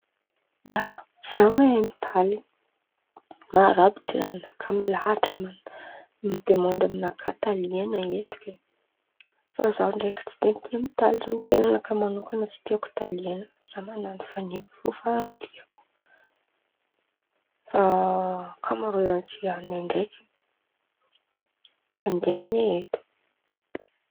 ia, za mahay mitaly, maro àby jiran̈inakà milahatra midemandy aminakà talian̈ana eto ke, fa za ndraiky tsy de tia mitaly, ten̈anakà manôkana tsy tiako talian̈ana, za man̈ano faneva kô faran̈y tiako fa ankamarôzan̈y jiran̈inan̈ay ndraiky mpandeha amin̈any eto.